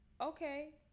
okay